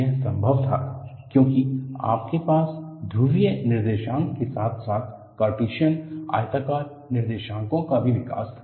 यह संभव था क्योंकि आपके पास ध्रुवीय निर्देशांक के साथ साथ कार्टीशन आयताकार निर्देशांको का भी विकास था